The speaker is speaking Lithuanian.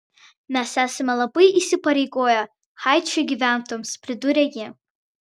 mes esame labai įsipareigoję haičio gyventojams pridūrė ji